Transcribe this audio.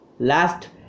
last